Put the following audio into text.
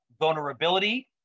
vulnerability